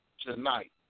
tonight